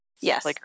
Yes